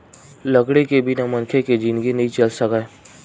लकड़ी के बिना मनखे के जिनगी नइ चल सकय